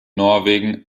norwegen